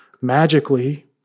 magically